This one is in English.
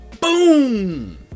Boom